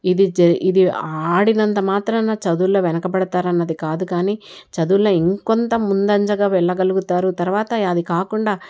ఇది జరి ఇది ఆడినంత మాత్రాన చదువుల్లో వెనకబడతారు అన్నది కాదు కానీ చదువుల్లో ఇంకొంత ముందంజగా వెళ్ళగలుగుతారు తర్వాత అది కాకుండా